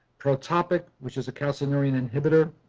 protopic which is a calcineurin inhibitor,